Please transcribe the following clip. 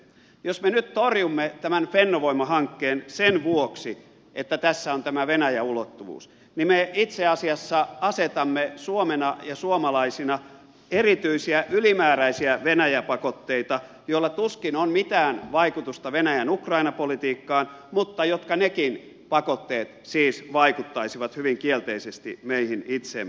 jos me nyt torjumme fennovoima hankkeen sen vuoksi että tässä on tämä venäjä ulottuvuus niin me itse asiassa asetamme suomena ja suomalaisina erityisiä ylimääräisiä venäjä pakotteita joilla tuskin on mitään vaikutusta venäjän ukraina politiikkaan mutta jotka nekin pakotteet siis vaikuttaisivat hyvin kielteisesti meihin itseemme